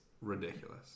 ridiculous